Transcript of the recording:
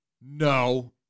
No